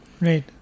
right